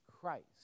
Christ